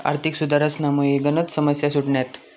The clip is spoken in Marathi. आर्थिक सुधारसनामुये गनच समस्या सुटण्यात